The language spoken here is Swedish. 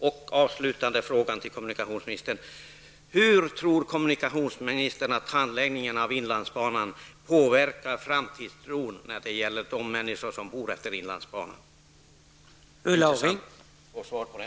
Den avslutande frågan till kommunikationsministern blir: Hur tror kommunikationsministern att handläggningen av frågan om inlandsbanan påverkar framtidstron hos de människor som bor efter inlandsbanan?